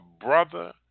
brother